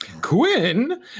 Quinn